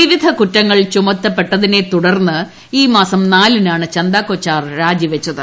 വിവിധ കുറ്റങ്ങൾ ചുമത്തപ്പെട്ടതിന്റെ തുടര് ഈ മാസം നാലിനാണ് ചന്ദ കൊച്ചാർ രാജി വച്ചത്